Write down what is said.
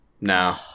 No